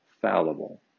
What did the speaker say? fallible